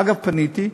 אגב, פניתי.